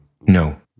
no